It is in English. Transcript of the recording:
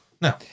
no